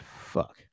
Fuck